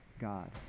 God